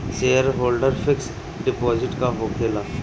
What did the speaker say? Shareholder fix deposit का होखे ला?